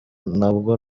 ntabwo